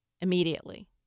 immediately